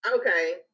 okay